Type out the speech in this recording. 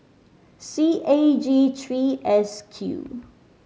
C A G three S Q